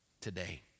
today